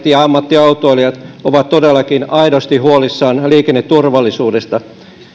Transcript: ja ammattiautoilijat ovat todellakin aidosti huolissaan liikenneturvallisuudesta